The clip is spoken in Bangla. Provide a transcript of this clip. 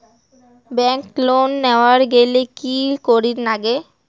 ব্যাংক লোন নেওয়ার গেইলে কি করীর নাগে?